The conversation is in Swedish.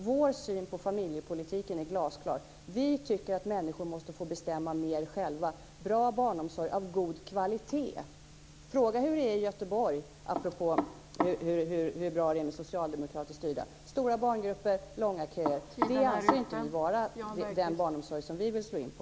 Vår syn på familjepolitiken är glasklar. Vi tycker att människor måste få bestämma mer själva. Det ska vara bra barnomsorg av god kvalitet! Fråga hur det är i Göteborg, apropå hur bra det är med socialdemokratiskt styrda kommuner! Där har man stora barngrupper och långa köer. Det är alltså inte den bana för barnomsorgen som vi vill slå in på.